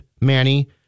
Manny